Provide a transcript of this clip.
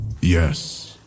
Yes